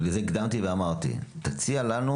בגלל זה הקדמתי ואמרתי תציע לנו